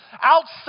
outside